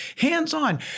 hands-on